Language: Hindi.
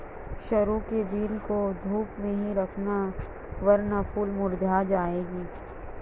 सरू की बेल को धूप में ही रखना वरना फूल मुरझा जाएगी